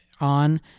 on